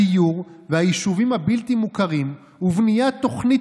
הדיור והיישובים הבלתי-מוכרים ובניית תוכנית